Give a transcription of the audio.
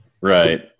Right